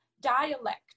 dialect